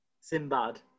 Sinbad